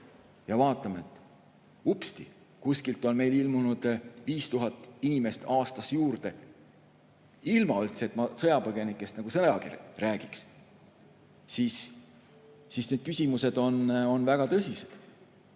ja vaatame, upsti, kuskilt on meile ilmunud 5000 inimest aastas juurde, ilma et ma üldse sõjapõgenikest sõnagi räägiksin. Need küsimused on väga tõsised.